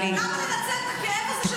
למה לנצל את הכאב הזה של החטופים?